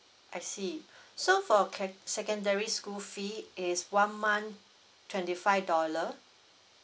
I see so for okay secondary school fee is one month twenty five dollar